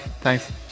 Thanks